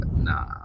nah